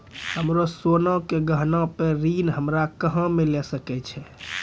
हमरो सोना के गहना पे ऋण हमरा कहां मिली सकै छै?